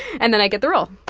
and then i get the role.